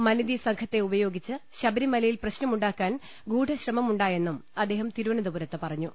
മനിതി സംഘത്തെ ഉപയോഗിച്ച് ശബരിമലയിൽ പ്രശ്നമുണ്ടാ ക്കാൻ ഗൂഢശ്രമമുണ്ടായെന്നും അദ്ദേഹം തിരുവനന്തപുരത്ത് പറഞ്ഞു